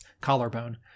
collarbone